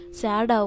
sad